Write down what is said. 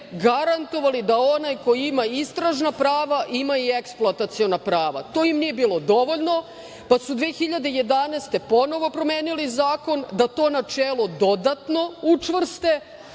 garantovali da onaj ko ima istražna prava, ima i eksploataciona prava. To im nije bilo dovoljno, pa su 2011. godine ponovo promenili zakon da to načelo dodatno učvrste,